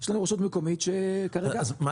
יש לנו רשות מקומית שכרגע -- אז מה